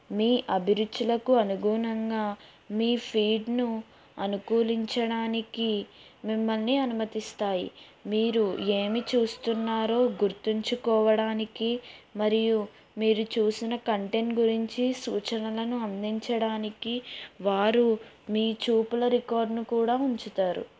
మీ అభిరుచులకు అనుగుణంగా మీ ఫీడ్ను అనుకూలించడానికి మిమ్మల్ని అనుమతిస్తాయి మీరు ఏమి చూస్తున్నారో గుర్తించుకోవడానికి మరియు మీరు చూసిన కంటెంట్ గురించి సూచనలను అందించడానికి వారు మీ చూపుల రికార్డ్ని కూడా ఉంచుతారు